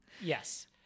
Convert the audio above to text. Yes